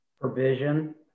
provision